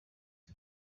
you